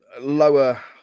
lower